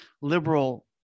liberal